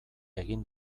egin